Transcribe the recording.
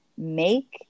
make